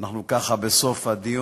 אנחנו ככה בסוף הדיון,